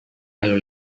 lalu